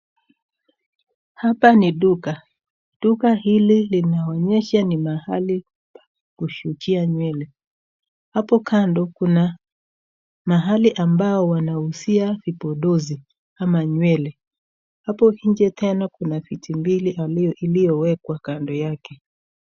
Hapa ni duka, duka hili linaonyesha ni mahali pa kushukia nywele, hapo kando kuna mahali ambayo wanauzia vipodozi ama nywele, hapo nje tena kuna viti mbili iliyowekwa kando yake.